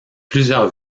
plusieurs